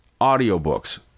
audiobooks